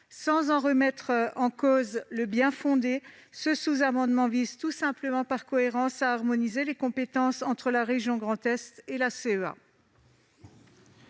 Sans en remettre en cause le bien-fondé, ce sous-amendement vise, par cohérence, à harmoniser les compétences entre la région Grand Est et la CEA.